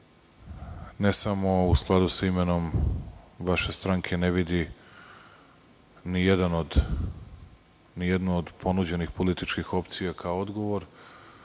ne samo u skladu sa imenom vaše stranke, ne vidi ni jednu od ponuđenih političkih opcija kao odgovor.